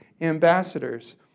ambassadors